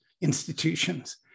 institutions